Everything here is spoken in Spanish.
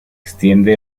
extiende